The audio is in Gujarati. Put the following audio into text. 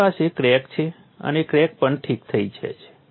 તમારી પાસે ક્રેક છે અને ક્રેક પણ ઠીક થઈ જાય છે